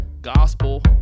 gospel